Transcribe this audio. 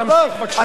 תמשיך בבקשה.